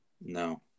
No